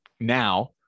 now